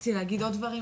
רציתי להגיד עוד דברים.